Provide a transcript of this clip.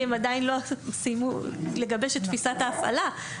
הם עדיין לא סיימו לגבש את תפיסת ההפעלה,